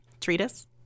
treatise